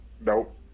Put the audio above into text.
Nope